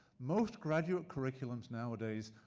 most graduate curriculums nowadays,